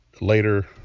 later